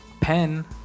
pen